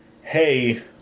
hey